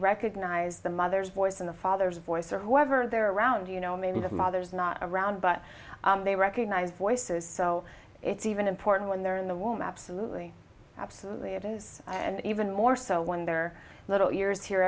recognize the mother's voice in the father's voice or whoever they're around you know maybe the mother's not around but they recognize voices so it's even important when they're in the womb absolutely absolutely it is and even more so when their little ears he